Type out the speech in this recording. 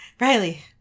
Riley